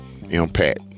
impact